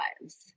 lives